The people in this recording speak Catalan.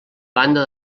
banda